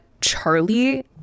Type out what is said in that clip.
Charlie